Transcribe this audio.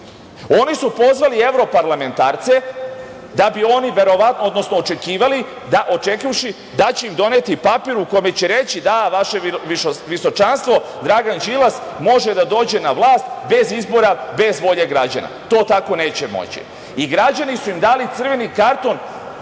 Oni su pozvali evroparlamentarce da bi oni verovatno, odnosno očekivali, da će im doneti papir u kome će reći – da, vaše visočanstvo, Dragan Đilas može da dođe na vlast bez izbor, bez volje građana. To tako neće moći. I građani su im dali crveni karton